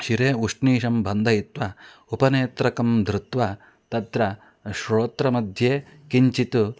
शिरे उष्णीशं बन्दयित्वा उपनेत्रकं धृत्वा तत्र श्रोत्रमध्ये किञ्चित्